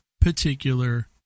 particular